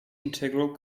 integral